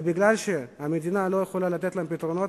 ומשום שהמדינה לא יכולה לתת להם פתרונות